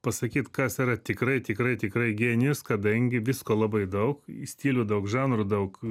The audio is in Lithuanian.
pasakyt kas yra tikrai tikrai tikrai genijus kadangi visko labai daug stilių daug žanrų daug